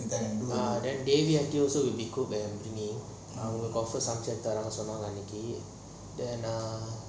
that Devi aunty also will be to me சமைச்சி தரேன்னு சொன்னாங்க அவங்க அன்னிக்கி:samachi tharanu sonnanga avanga aniki